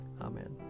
Amen